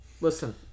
Listen